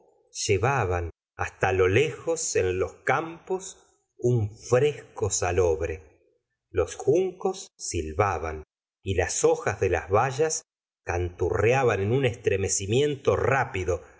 llevaban hasta liflejos en los campos un tresco salobre los juncos silbaban y las hojas de las hayas canturreaban en un estremecimiento rápido